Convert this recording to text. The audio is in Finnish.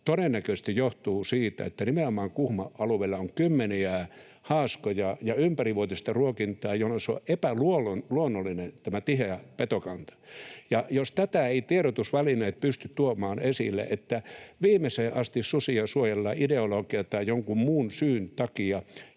todennäköisesti johtuu siitä, että nimenomaan Kuhmon alueella on kymmeniä haaskoja ja ympärivuotista ruokintaa, jolloin tämä tiheä petokanta on epäluonnollinen. [Petri Huru: Juuri näin!] Ja jos tätä eivät tiedotusvälineet pysty tuomaan esille, että viimeiseen asti susia suojellaan ideologian tai jonkin muun syyn takia